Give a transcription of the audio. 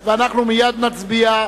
מעצרים)